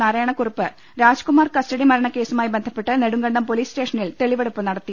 നാരായണക്കുറുപ്പ് രാജ്കുമാർ കസ്റ്റഡിമരണകേസുമായി ബന്ധപ്പെട്ട് നെടുങ്കണ്ടം പൊലീസ് സ്റ്റ്ഷനിൽ തെളിവെടുപ്പ് നടത്തി